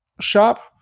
shop